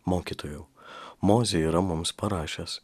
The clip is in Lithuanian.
mokytojau mozė yra mums parašęs